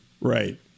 Right